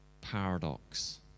paradox